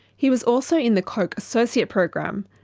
he was also in the koch associate program.